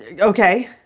Okay